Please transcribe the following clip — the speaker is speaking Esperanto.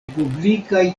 publikaj